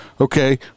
Okay